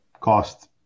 cost